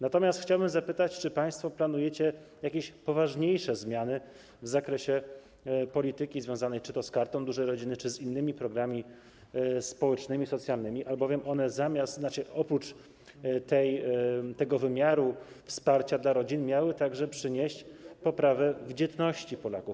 Natomiast chciałbym zapytać, czy państwo planujecie jakieś poważniejsze zmiany w zakresie polityki związanej czy to z Kartą Dużej Rodziny, czy z innymi programami społecznymi, socjalnymi, albowiem one oprócz tego wymiaru wsparcia dla rodzin miały także przynieść poprawę w dzietności Polaków.